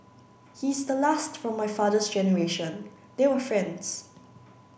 he's the last from my father's generation they were friends